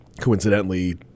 coincidentally